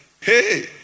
hey